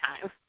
time